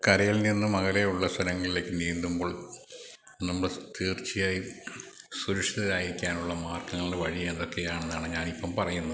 കരയിൽ നിന്നും അകലെയുള്ള സ്ഥലങ്ങളിലേക്ക് നീന്തുമ്പോൾ നമ്മൾ തീർച്ചയായും സുരക്ഷിതരായിരിക്കാനുള്ള മാർഗ്ഗങ്ങൾ വഴി എതൊക്കെയാണെന്നാണ് ഞാനിപ്പോള് പറയുന്നത്